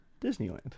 Disneyland